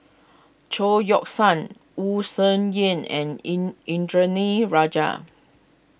Chao Yoke San Wu Tsai Yen and in Indranee Rajah